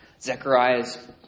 Zechariah's